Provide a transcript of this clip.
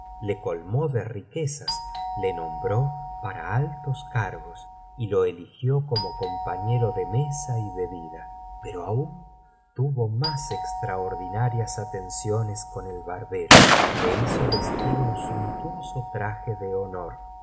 le colmó de riquezas le nombró para altos cargos y lo eligió como compañero de mesa y bebida pero aún tuvo más extraordinarias atenciones con el barbero le hizo vestir un suntuoso traje de honor